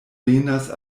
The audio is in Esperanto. venas